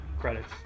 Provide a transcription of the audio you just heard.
credits